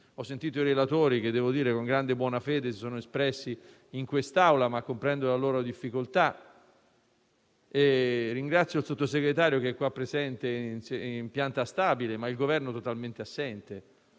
Ho sentito i relatori che con grande buona fede si sono espressi in quest'Aula, ma comprendo la loro difficoltà. Ringrazio il Sottosegretario, che è qui presente in pianta stabile, ma il Governo è totalmente assente.